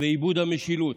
ואיבוד המשילות: